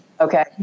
Okay